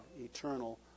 eternal